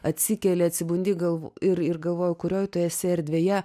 atsikeli atsibundi galv ir ir galvoji kurioj tu esi erdvėje